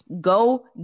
Go